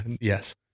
Yes